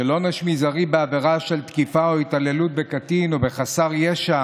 על עונש מזערי בעבירה של תקיפה או התעללות בקטין או בחסר ישע